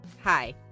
Hi